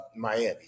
Miami